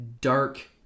dark